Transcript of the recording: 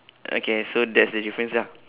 okay so that's the difference ah